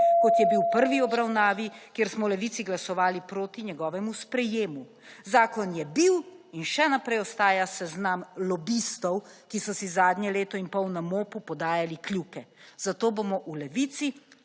kot je bil v prvi obravnavi, kjer smo v Levici glasovali proti njegovemu sprejemu. Zakon je bil in še naprej ostaja seznam lobistov, ki so si zadnje leto in pol na MOP-u podajali kljuke. Zato bomo v Levici